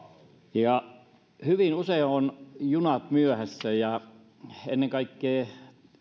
hyvin usein ovat junat myöhässä ennen kaikkea